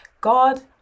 god